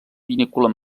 vinícola